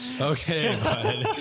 Okay